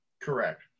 Correct